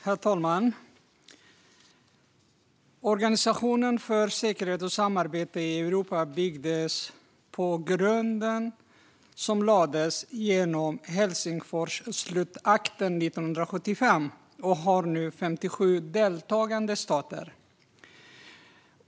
Herr talman! Organisationen för säkerhet och samarbete i Europa byggdes på den grund som lades genom Helsingforsslutakten 1975 och har nu 57 deltagande stater.